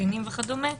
קטינים וכדומה,